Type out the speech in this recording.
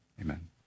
Amen